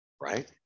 Right